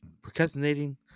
procrastinating